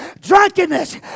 drunkenness